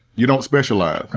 you don't specialize.